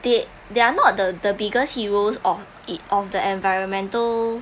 they're not the the bigger heroes of it of the environmental